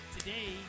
Today